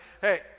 hey